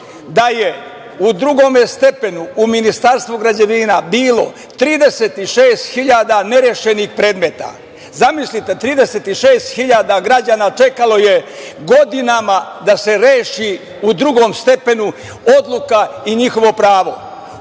da je u drugom stepenu u Ministarstvu građevine bilo 36.000 nerešenih predmeta. Zamislite, 36.000 građana čekalo je godinama da se reši u drugom stepenu odluka i njihovo pravo.